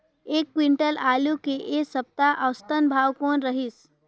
एक क्विंटल आलू के ऐ सप्ता औसतन भाव कौन रहिस?